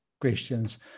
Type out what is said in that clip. questions